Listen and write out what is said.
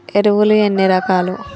ఎరువులు ఎన్ని రకాలు?